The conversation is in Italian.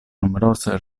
numerose